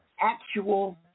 actual